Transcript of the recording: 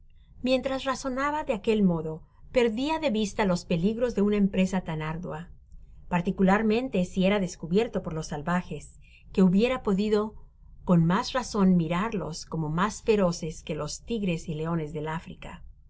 mientras razonaba de aquel modo perdia de vista los peligros de una empresa tan ardua particularmente si era descubierto por los salvajes que hubiera podido con mas razon mirarlos como mas feroces que los tigres y leones del áfrica pues